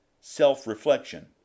self-reflection